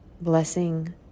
blessing